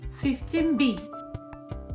15b